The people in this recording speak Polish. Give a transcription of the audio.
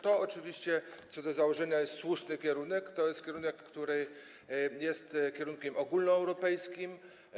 To oczywiście co do założenia jest słuszny kierunek, jest to kierunek, który jest kierunkiem ogólnoeuropejskim.